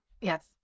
Yes